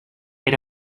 era